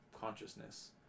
consciousness